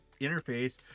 interface